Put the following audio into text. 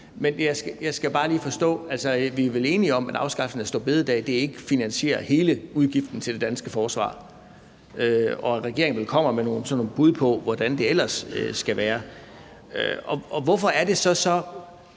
Men jeg skal bare lige forstå noget, for vi er vel enige om, at afskaffelsen af store bededag ikke finansierer hele udgiften til det danske forsvar, og at regeringen vel kommer med sådan nogle bud på, hvordan det ellers skal være? Hvorfor er det så så